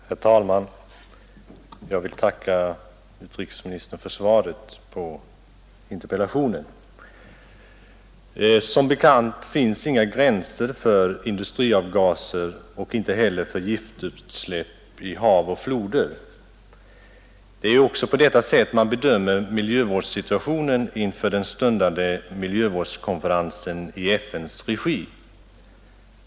Herr talman! Jag vill tacka utrikesministern för svaret på min interpellation. Som bekant finns inga gränser för industriavgaser och inte heller för giftutsläpp i hav och floder. Det är ju också på detta sätt man bedömer miljövårdssituationen inför den stundande miljövårdskonferensen i FN:s regi.